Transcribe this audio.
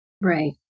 Right